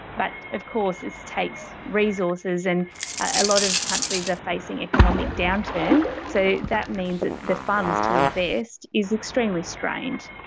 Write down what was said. but of course this takes resources, and a lot of countries are facing economic downturn, so that means that the funds to invest is extremely strained.